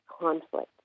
conflict